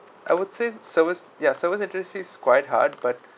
I would say service ya service industry is quite hard but